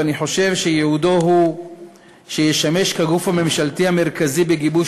ואני חושב שייעודו הוא לשמש הגוף הממשלתי המרכזי בגיבוש